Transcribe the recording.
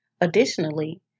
Additionally